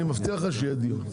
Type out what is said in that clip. אני מבטיח לך שיהיה דיון.